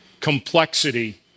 complexity